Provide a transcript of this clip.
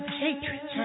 hatred